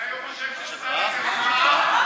אתם תצביעו בעד?